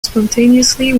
spontaneously